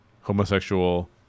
homosexual